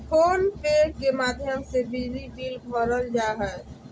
phone पे के माध्यम से बिजली बिल भरल जा हय